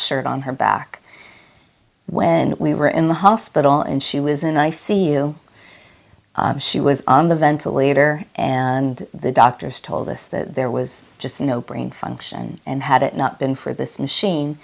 shirt on her back when we were in the hospital and she was in i c u she was on the ventilator and the doctors told us that there was just no brain function and had it not been for this machine